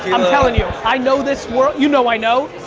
i'm telling you, i know this world. you know i know.